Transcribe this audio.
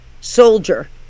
soldier